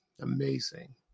Amazing